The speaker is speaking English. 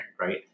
right